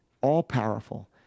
all-powerful